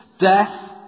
death